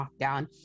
lockdown